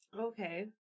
Okay